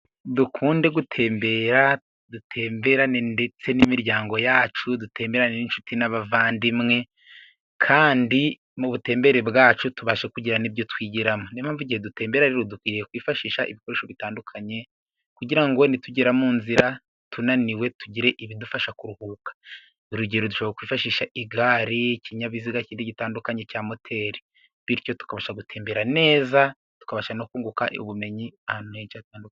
Dukunde gutembera dutemberane ndetse n'imiryango yacu, dutemerana n'inshuti n'abavandimwe. Kandi mubutembere bwacu tubashe kugirana niyo mpamvu igihe dutembera rero dukwiye kwifashisha ibikoresho bitandukanye, kugira nitugera mu nzira tunaniwe tugire ibidufasha kuruhuka. Urugero dushobora kwifashisha igare, ikinyabiziga gitandukanye cya moteri. Bityo tukarusha gutembera neza tukabasha no kunguka ubumenyi.